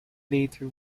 later